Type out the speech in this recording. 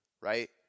right